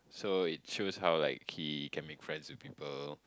so it shows how like he can be friends with people